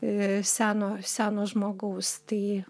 i seno seno žmogaus tai